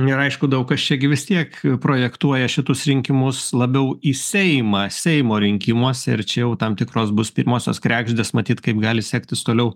ir aišku daug kas čia gi vis tiek projektuoja šitus rinkimus labiau į seimą seimo rinkimuose ir čia jau tam tikros bus pirmosios kregždės matyt kaip gali sektis toliau